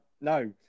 no